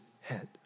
head